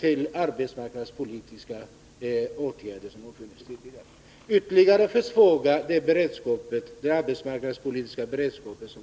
till arbetsmarknadspolitiska åtgärder som funnits tidigare och ytterligare försvåra upprätthållandet av den arbetsmarknadspolitiska beredskapen.